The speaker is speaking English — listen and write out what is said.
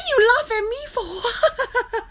you laugh at me for what